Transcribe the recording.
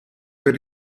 per